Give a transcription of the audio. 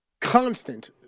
Constant